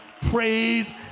praise